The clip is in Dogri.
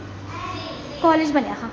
कालेज बनेआ हा